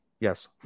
Yes